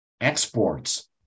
exports